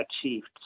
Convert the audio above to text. Achieved